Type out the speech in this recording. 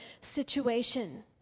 situation